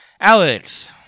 Alex